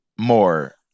more